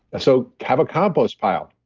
so, have a compost pile.